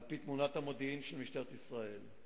על-פי תמונת המודיעין של משטרת ישראל,